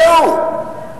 זהו.